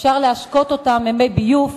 אפשר להשקות אותן במי ביוב,